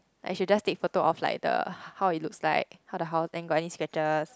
like she will just take photo of like the how it looks how the house then go any scratches